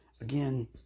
again